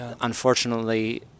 unfortunately